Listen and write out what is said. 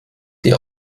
dir